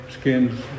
skins